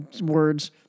words